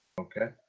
Okay